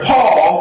Paul